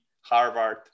Harvard